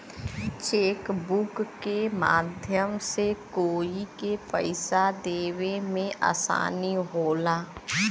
chequebook के माध्यम से कोई के पइसा देवे में आसानी होला